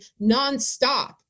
nonstop